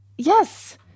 yes